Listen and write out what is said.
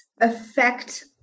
affect